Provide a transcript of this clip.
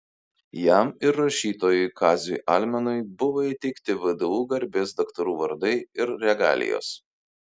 jam ir rašytojui kaziui almenui buvo įteikti vdu garbės daktarų vardai ir regalijos